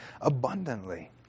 abundantly